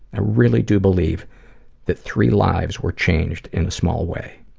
i really do believe that three lives were changed in a small way.